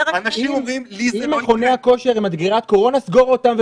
אם מכוני הכושר הם מדגרת קורונה סגור אותם,